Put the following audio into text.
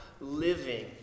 living